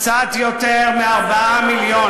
20 מיליון שקל לכל חבר כנסת.